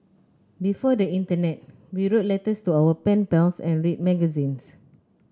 before the internet we wrote letters to our pen pals and read magazines